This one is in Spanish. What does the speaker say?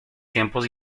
tiempos